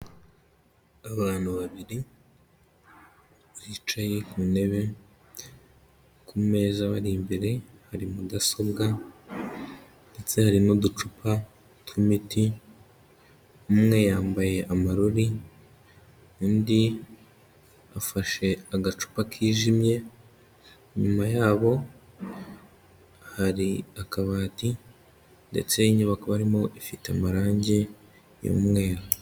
Abantu babiri bicaye ku ntebe ku meza abari imbere hari mudasobwa ndetse hari n'uducupa tw'imiti, umwe yambaye amarori undi afashe agacupa kijimye, inyuma yabo hari akabati ndetse inyubako barimo ifite amarange y'umweru.